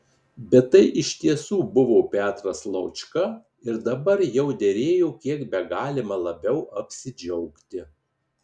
bet tai iš tiesų buvo petras laučka ir dabar jau derėjo kiek begalima labiau apsidžiaugti